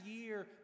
year